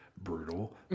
Brutal